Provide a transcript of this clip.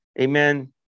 amen